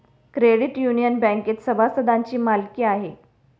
credit union बँकेत सभासदांची मालकी आहे